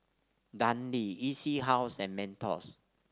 Dundee E C House and Mentos